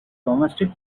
domestic